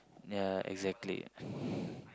ya exactly